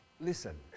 listen